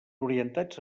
orientats